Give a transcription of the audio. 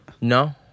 No